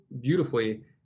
beautifully